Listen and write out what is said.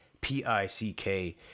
P-I-C-K